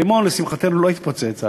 הרימון, לשמחתנו, לא התפוצץ אז,